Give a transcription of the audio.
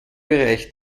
bereich